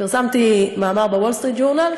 פרסמתי מאמר ב"וול סטריט ג'ורנל",